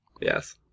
Yes